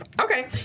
Okay